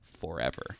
forever